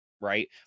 right